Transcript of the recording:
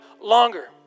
longer